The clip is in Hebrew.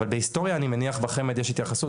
אבל בהיסטוריה אני מניח בחמד יש התייחסות,